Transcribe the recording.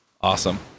Awesome